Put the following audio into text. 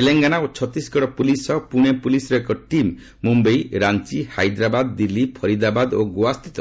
ତେଲେଙ୍ଗାନା ଓ ଛତିଶଗଡ଼ ପୁଲିସ୍ ସହ ପୁଣେ ପୁଲିସ୍ର ଏକ ଟିମ୍ ମୁମ୍ବାଇ ରାଞ୍ଚି ହାଇଦ୍ରାବାଦ୍ ଦିଲ୍ଲୀ ଫରିଦାବାଦ ଓ ଗୋଆ ସ୍ଥିତ